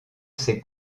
ses